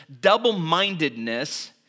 double-mindedness